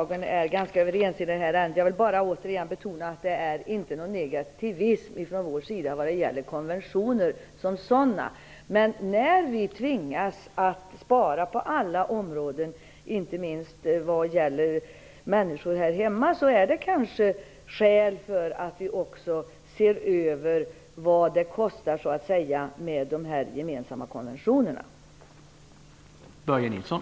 att vi är ganska överens i de stora dragen i detta ärende. Jag vill bara återigen betona att det inte finns någon negativism från vår sida vad gäller konventioner som sådana. Men när vi tvingas att spara på alla områden, inte minst vad gäller människor här hemma, finns det kanske skäl för att vi också ser över vad de gemensamma konventionerna kostar.